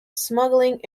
smuggling